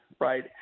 right